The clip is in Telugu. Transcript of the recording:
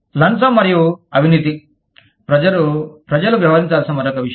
లంచం మరియు అవినీతి ప్రజలు వ్యవహరించాలసిన మరొక విషయం